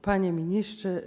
Panie Ministrze!